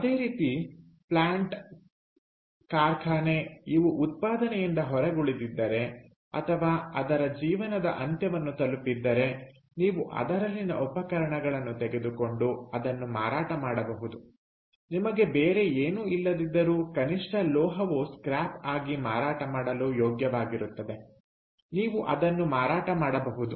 ಅದೇ ರೀತಿ ಪ್ಲಾಂಟ್ ಕಾರ್ಖಾನೆ ಇವು ಉತ್ಪಾದನೆಯಿಂದ ಹೊರಗುಳಿದಿದ್ದರೆ ಅಥವಾ ಅದರ ಜೀವನದ ಅಂತ್ಯವನ್ನು ತಲುಪಿದ್ದರೆ ನೀವು ಅದರಲ್ಲಿನ ಉಪಕರಣಗಳನ್ನು ತೆಗೆದುಕೊಂಡು ಅದನ್ನು ಮಾರಾಟ ಮಾಡಬಹುದು ನಿಮಗೆ ಬೇರೆ ಏನೂ ಇಲ್ಲದಿದ್ದರೂ ಕನಿಷ್ಠ ಲೋಹವು ಸ್ಕ್ರ್ಯಾಪ್ ಆಗಿ ಮಾರಾಟ ಮಾಡಲು ಯೋಗ್ಯವಾಗಿರುತ್ತದೆನೀವು ಅದನ್ನು ಮಾರಾಟ ಮಾಡಬಹುದು